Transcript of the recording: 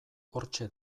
hortxe